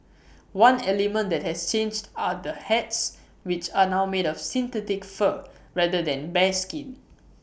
one element that has changed are the hats which are now made of synthetic fur rather than bearskin